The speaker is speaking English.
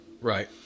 right